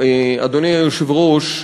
אדוני היושב-ראש,